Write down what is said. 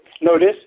Notice